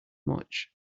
much